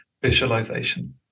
visualization